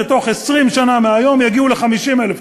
שבתוך 20 שנה מהיום יגיעו ל-50,000 תושבים,